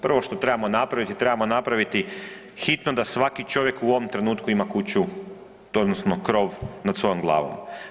Prvo što trebamo napraviti, trebamo napraviti hitno da svaki čovjek u ovom trenutku ima kuću, odnosno krov nad svojom glavom.